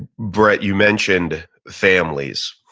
brett, you mentioned families.